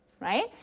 right